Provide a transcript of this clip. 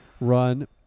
run